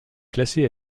classée